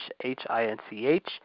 H-I-N-C-H